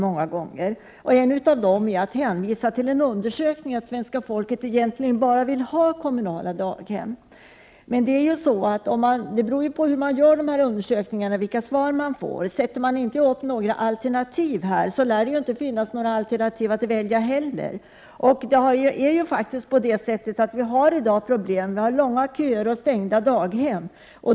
Ett av hans argument är att hänvisa till en undersökning som visar att svenska folket egentligen bara vill ha kommunala daghem. Vilka svar man får beror ju på hur man gör dessa undersökningar. Erbjuder man inga alternativ finns det heller inte någon möjlighet att välja. I dag har vi faktiskt stora problem med långa köer och stängda daghem.